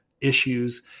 issues